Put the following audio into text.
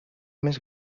més